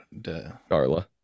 Darla